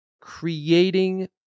creating